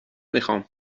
میخوامموفق